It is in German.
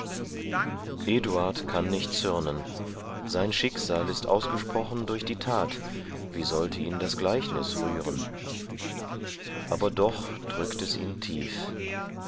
eduard kann nicht zürnen sein schicksal ist ausgesprochen durch die tat wie soll ihn das gleichnis rühren aber doch drückt es ihn tief